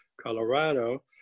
Colorado